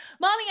mommy